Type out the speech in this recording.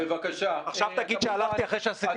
עכשיו תגיד שהלכתי אחרי שעשיתי